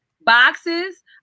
boxes